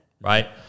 right